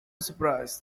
surprised